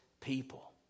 people